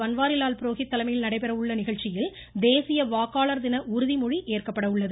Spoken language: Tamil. பன்வாரிலால் புரோகித் தலைமையில் நடைபெறவுள்ள நிகழ்ச்சியில் தேசிய வாக்காளர் தின உறுதிமொழி ஏற்கப்பட உள்ளது